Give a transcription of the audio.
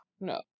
No